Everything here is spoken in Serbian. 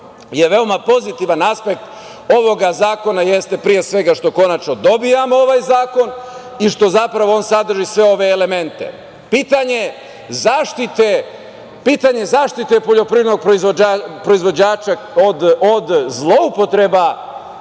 je veoma pozitivan aspekt ovoga zakona jeste pre svega što konačno dobijamo ovaj zakon i što zapravo on sadrži sve ove elemente. Pitanje zaštite poljoprivrednog proizvođača od zloupotreba